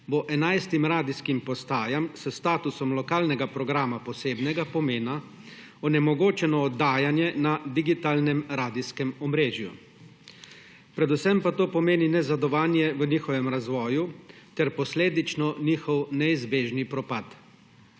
bo 11 radijskim postajam s statusom lokalnega programa posebnega pomena onemogočeno oddajanje na digitalnem radijskem omrežju. Predvsem pa to pomeni nazadovanje v njihovem razvoju ter posledično njihov neizbežni propad.